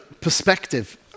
perspective